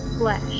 flesh